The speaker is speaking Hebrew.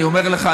אני אומר לך,